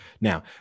Now